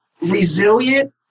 resilient